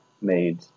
made